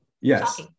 Yes